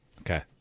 Okay